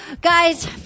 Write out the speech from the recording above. Guys